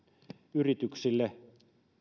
yrityksille